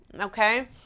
okay